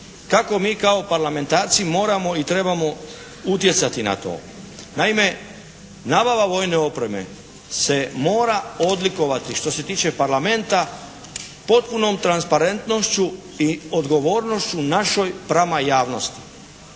Kako mi kao parlamentarci moramo i trebamo utjecati na to. Naime, navala vojne opreme se mora odlikovati što se tiče parlamenta, potpunom transparentnošću i odgovornošću našoj prama javnosti.